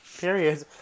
period